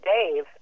Dave